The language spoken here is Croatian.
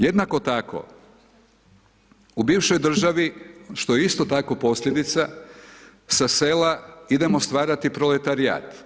Jednako tako, u bivšoj državi, što je isto tako posljedica, sa sela idemo stvarati proletarijat.